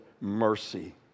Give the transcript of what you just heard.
mercy